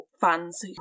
fans